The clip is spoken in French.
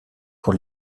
pour